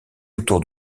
autour